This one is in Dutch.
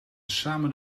samen